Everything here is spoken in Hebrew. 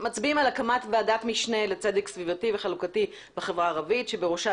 הקמת ועדת משנה לצדק סביבתי וחלוקתי בחברה הערבית בראשה